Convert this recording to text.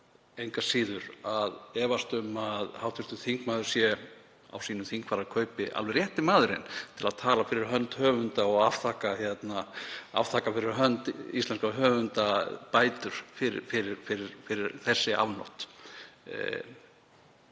leyfa mér að efast um að hv. þingmaður sé á sínu þingfararkaupi alveg rétti maðurinn til að tala fyrir hönd höfunda og afþakka fyrir hönd íslenskra höfunda bætur fyrir þessi afnot.